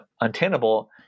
untenable